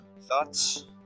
Thoughts